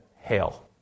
hail